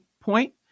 point